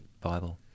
Bible